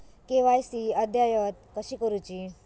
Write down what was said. KYC अद्ययावत कशी करुची?